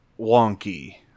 wonky